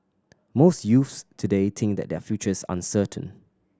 most youths today think that their futures uncertain